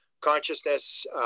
consciousness